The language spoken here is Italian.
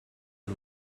lui